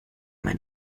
mein